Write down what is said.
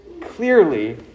clearly